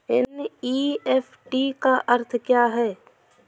NEFT का अर्थ क्या है?